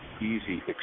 easy